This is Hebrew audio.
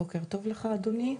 בוקר טוב לך אדוני,